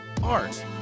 art